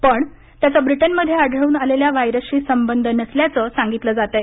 पण त्याचा ब्रिटनमध्ये आढळून आलेल्या व्हायरसशी संबंध नसल्याचं सांगितलं जात आहे